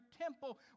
temple